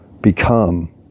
become